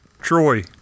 Troy